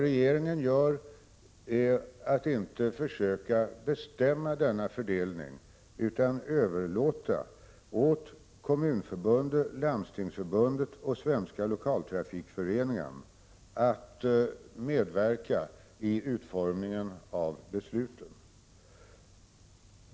Regeringen försöker inte bestämma denna fördelning, utan överlåter åt Kommunförbundet, Landstingsförbundet och Svenska lokaltrafikföreningen att medverka i utformningen av besluten.